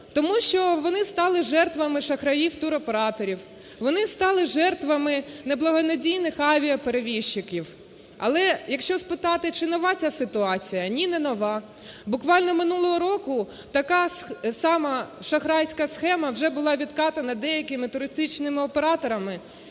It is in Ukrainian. Тому що вони стали жертвами шахраїв-туроператорів, вони стали жертвами неблагонадійних авіаперевізників. Але якщо спитати, чи нова ця ситуація, – ні, не нова. Буквально минулого року така сама шахрайська схема вже була відкатана деякими туристичними операторами,